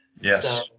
Yes